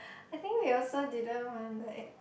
I think they also didn't want like